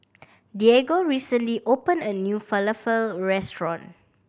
Diego recently opened a new Falafel Restaurant